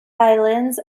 violins